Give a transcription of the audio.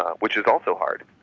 which is also hard.